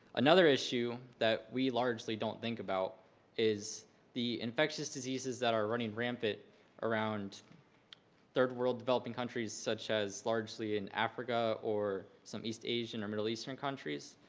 another issue that we largely don't think about is the infectious diseases that are running rampant around third world developing countries, such as largely and africa or some east asian or middle eastern countries.